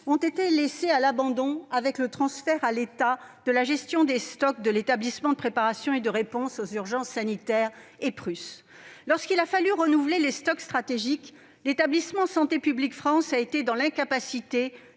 -ont été laissés à l'abandon après le transfert à l'État de la gestion des stocks de l'Établissement de préparation et de réponse aux urgences sanitaires, l'Éprus. Lorsqu'il a fallu renouveler les stocks stratégiques, l'établissement Santé publique France a été dans l'incapacité